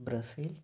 Brazil